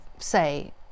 say